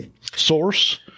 source